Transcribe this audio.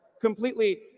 completely